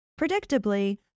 predictably